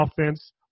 offense